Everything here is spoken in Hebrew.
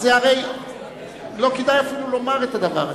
הרי לא כדאי אפילו לומר את הדבר הזה.